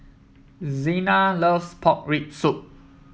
Xena loves Pork Rib Soup